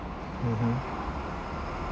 mmhmm